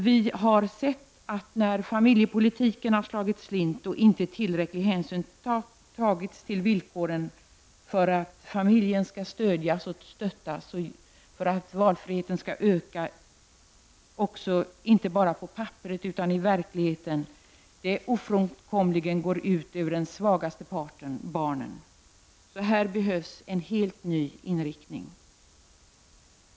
Vi har sett att när familjepolitiken har slagit slint och inte tillräcklig hänsyn har tagits till villkoren för att stödja och stötta familjerna så att valfriheten kan öka, inte bara på papperet utan i verkligheten, har det ofrånkomligen gått ut över den svagaste parten, barnen. Här behövs en helt ny inriktning.